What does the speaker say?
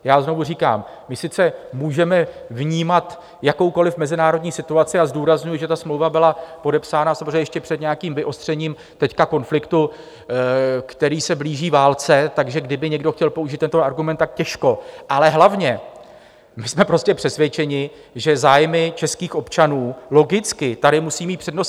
Já znovu říkám, my sice můžeme vnímat jakoukoli mezinárodní situaci a zdůrazňuji, že ta smlouva byla podepsána samozřejmě ještě před nějakým vyostřením konfliktu, který se blíží válce, takže kdyby někdo chtěli použít tento argument, tak těžko ale hlavně, my jsme prostě přesvědčení, že zájmy českých občanů logicky tady musejí mít přednost.